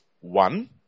one